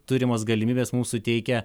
turimos galimybės mums suteikia